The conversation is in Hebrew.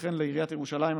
וכן לעיריית ירושלים,